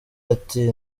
ati